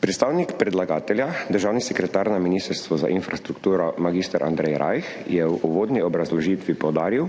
Predstavnik predlagatelja, državni sekretar na Ministrstvu za infrastrukturo mag. Andrej Rajh, je v uvodni obrazložitvi poudaril,